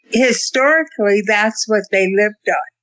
historically that's what they lived on.